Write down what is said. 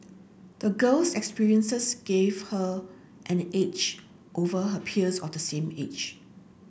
the girl's experiences gave her an edge over her peers of the same age